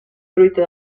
truita